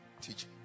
teach